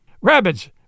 Rabbits